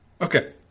Okay